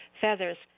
feathers